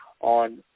on